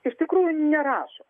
iš tikrųjų nerašo